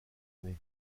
année